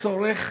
לצורך